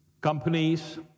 companies